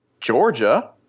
Georgia